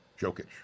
Jokic